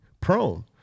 prone